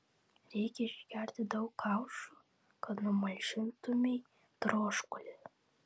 reikia išgerti daug kaušų kad numalšintumei troškulį